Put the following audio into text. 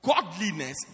Godliness